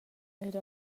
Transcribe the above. eir